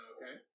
Okay